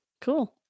cool